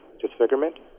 disfigurement